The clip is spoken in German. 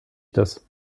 das